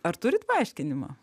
ar turit paaiškinimą